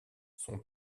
son